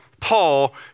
Paul